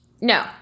No